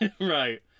Right